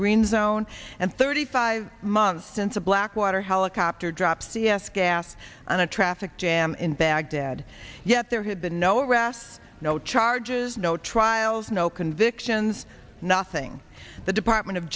green zone and thirty five months since a blackwater helicopter drops c s gas on a traffic jam in baghdad yet there had been no arrest no charges no trials no convictions nothing the department of